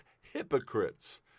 hypocrites